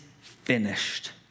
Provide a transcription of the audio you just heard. finished